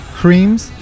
creams